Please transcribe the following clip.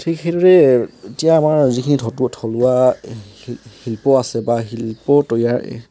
ঠিক সেইদৰে এতিয়া আমাৰ যিখিনি ধতুৱা থলুৱা শি শিল্প আছে বা শিল্প তৈয়াৰ